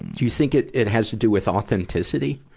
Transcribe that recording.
do you think it it has to do with authenticity?